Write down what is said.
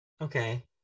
Okay